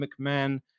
McMahon